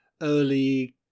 early